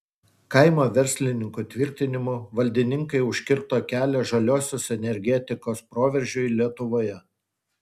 kaimo verslininkų tvirtinimu valdininkai užkirto kelią žaliosios energetikos proveržiui lietuvoje